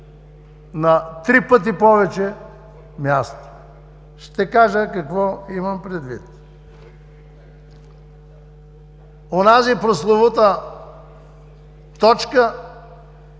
на три пъти повече място. Ще кажа какво имам предвид. Онази прословута точка